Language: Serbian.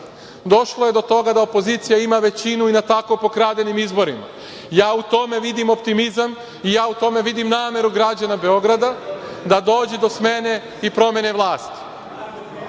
došlo je do toga da opozicija ima većinu i na tako pokradenim izborima. Ja u tome vidim optimizam i ja u tome vidim nameru građana Beograda da dođe do smene i promene vlasti. Ja